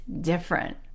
different